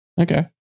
Okay